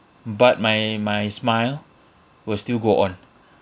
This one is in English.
but my my smile will still go on